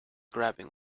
grabbing